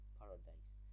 paradise